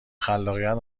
خلاقیت